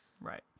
right